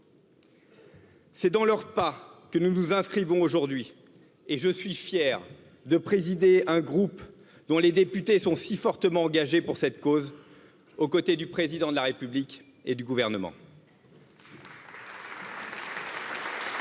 C'est dans leur pas nous nous inscrivons aujourd'hui et je suis fier de présider un groupe dont les députés sont si fortement engagés pour cette cause aux côtés du président de la République gouvernement.